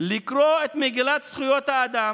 לקרוא את מגילת זכויות האדם,